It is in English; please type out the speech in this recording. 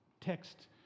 text